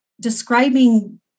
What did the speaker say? describing